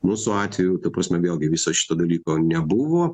mūsų atveju ta prasme vėlgi viso šito dalyko nebuvo